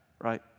Right